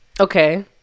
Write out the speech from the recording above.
okay